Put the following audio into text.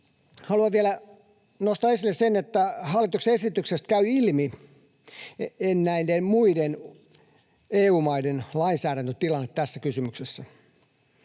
Haluan vielä nostaa esille, että hallituksen esityksestä käy ilmi muiden EU-maiden lainsäädäntötilanne tässä kysymyksessä.